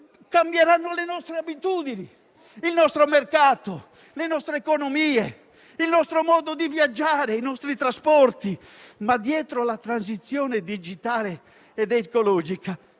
Cambieranno le nostre abitudini, il nostro mercato, le nostre economie, il nostro modo di viaggiare e i nostri trasporti. Dietro la transizione digitale ed ecologica,